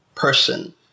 Person